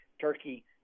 Turkey